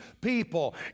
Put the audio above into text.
people